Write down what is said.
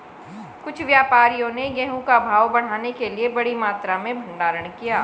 कुछ व्यापारियों ने गेहूं का भाव बढ़ाने के लिए बड़ी मात्रा में भंडारण किया